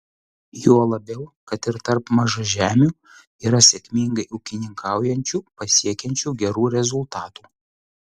juo labiau kad ir tarp mažažemių yra sėkmingai ūkininkaujančių pasiekiančių gerų rezultatų